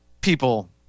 people –